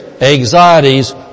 anxieties